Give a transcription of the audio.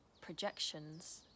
projections